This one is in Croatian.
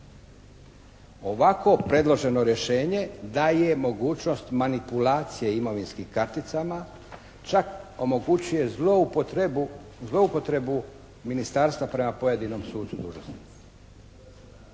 Ovako predloženo rješenje daje mogućnost manipulacije imovinskim karticama. Čak omogućuje zloupotrebu ministarstva prema pojedinom sucu